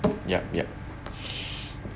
yup yup